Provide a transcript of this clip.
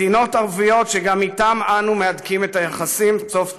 מדינות ערביות שגם אתן אנו מהדקים את היחסים" סוף ציטוט.